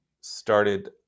started